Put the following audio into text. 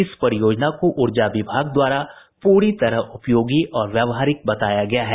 इस परियोजना को ऊर्जा विभाग द्वारा पूरी तरह उपयोगी और व्यवहारिक बताया गया है